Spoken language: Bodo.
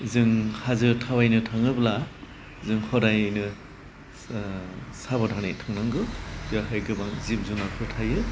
जों हाजो थाबायनो थाङोब्ला जों खरायैनो साबधानै थांनांगौ बेयावहाय गोबां जिब जुनारफोर थायो